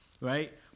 right